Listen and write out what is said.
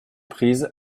prise